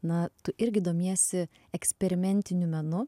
na tu irgi domiesi eksperimentiniu menu